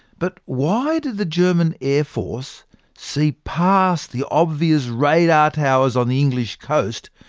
but why did the german air force see past the obvious radar towers on the english coast,